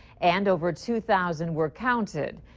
and over two thousand were counted.